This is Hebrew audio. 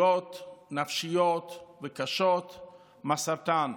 פגיעות נפשיות קשות מהסרטן.